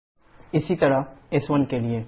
PB10874kkg इसी तरह s1 के लिए s1sf